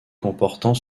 comportant